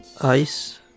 ICE